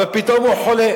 אבל פתאום הוא חולה.